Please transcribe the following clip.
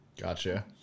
gotcha